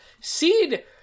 Seed